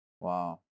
Wow